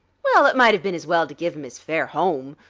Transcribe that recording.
well, it might've been as well to give him his fare home.